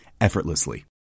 effortlessly